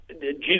Jesus